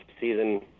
season